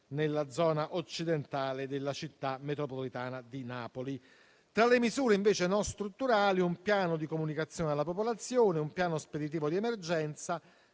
nella zona occidentale della Città metropolitana di Napoli. Tra le misure invece non strutturali, vi sono un piano di comunicazione alla popolazione, un piano speditivo di emergenza